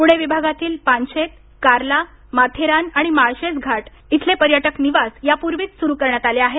प्णे विभागातील पानशेत कार्ला माथेरान आणि माळशेज घाट इथले पर्यटक निवास यापूर्वीच स्रु करण्यात आले आहेत